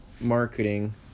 marketing